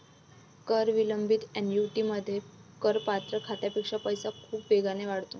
कर विलंबित ऍन्युइटीमध्ये, करपात्र खात्यापेक्षा पैसा खूप वेगाने वाढतो